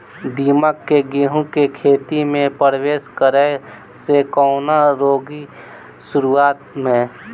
दीमक केँ गेंहूँ केँ खेती मे परवेश करै सँ केना रोकि शुरुआत में?